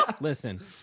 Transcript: listen